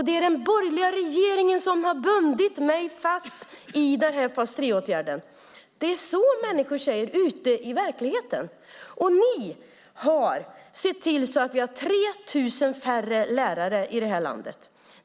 Det är den borgerliga regeringen som har bundit mig fast i fas 3-åtgärden. Det är så människor säger ute i verkligheten. Ni har sett till att vi har 3 000 färre lärare i det här landet.